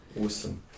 Awesome